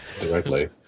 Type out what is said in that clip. directly